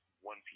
one